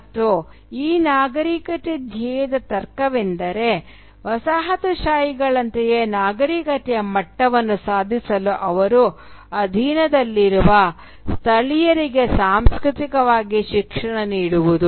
ಮತ್ತು ಈ ನಾಗರೀಕತೆ ಧ್ಯೇಯದ ತರ್ಕವೆಂದರೆ ವಸಾಹತುಶಾಹಿಗಳಂತೆಯೇ ನಾಗರಿಕತೆಯ ಮಟ್ಟವನ್ನು ಸಾಧಿಸಲು ಅವರು ಅಧೀನದಲ್ಲಿರುವ ಸ್ಥಳೀಯರಿಗೆ ಸಾಂಸ್ಕೃತಿಕವಾಗಿ ಶಿಕ್ಷಣ ನೀಡುವುದು